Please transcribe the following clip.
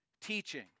teaching